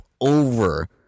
over